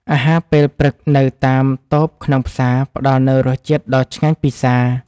អាហារពេលព្រឹកនៅតាមតូបក្នុងផ្សារផ្ដល់នូវរសជាតិដ៏ឆ្ងាញ់ពិសា។